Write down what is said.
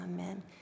Amen